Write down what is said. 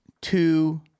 two